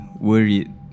worried